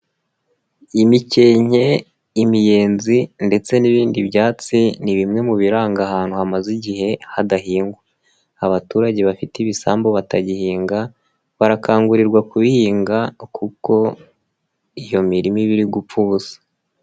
Imikenke, imiyenzi ndetse n'ibindi byatsi, ni bimwe mu biranga ahantu hamaze igihe hadahingwa, abaturage bafite ibisambu batagihinga barakangurirwa kubihinga kuko iyo mirima iba iri gupfa ubusa.